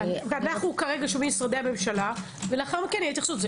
אנו שומעים את משרדי הממשלה ואז תהיה התייחסות.